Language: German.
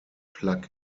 plug